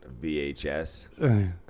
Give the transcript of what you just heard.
VHS